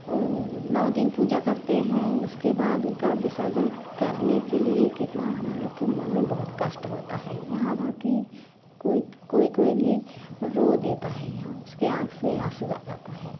वो नौ दिन पूजा करते हैं उसके बांद उनका विसर्जन कर ने के लिए कितना हम लोग के मन में बहुत कष्ट होता है यहाँ भर की कोई कोई कोई भी रो देता है यहाँ उसके आँख से आंसू आ जाता है